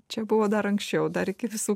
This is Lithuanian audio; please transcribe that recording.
čia buvo dar anksčiau dar iki visų